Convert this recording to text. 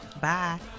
Bye